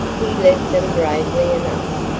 he left them bravely enough,